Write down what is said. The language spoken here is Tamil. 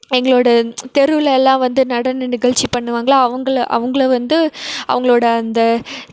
எங்களோடய தெருவில் எல்லாம் வந்து நடன நிகழ்ச்சி பண்ணுவாங்கல்ல அவங்கள அவங்கள வந்து அவங்களோட அந்த